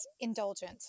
indulgent